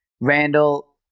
Randall